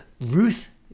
Ruth